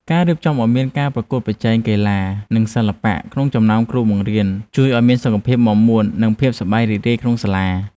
ការរៀបចំឱ្យមានការប្រកួតប្រជែងកីឡានិងសិល្បៈក្នុងចំណោមគ្រូបង្រៀនជួយឱ្យមានសុខភាពមាំមួននិងភាពសប្បាយរីករាយក្នុងសាលា។